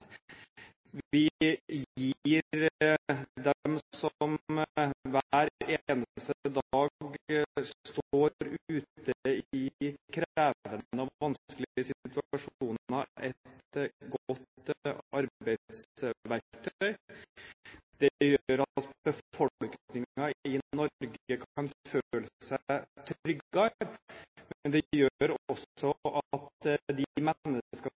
Vi gir de som hver eneste dag står ute i krevende og vanskelige situasjoner, et godt arbeidsverktøy. Det gjør at befolkningen i Norge kan føle seg tryggere, men det gjør også at de menneskene som jobber i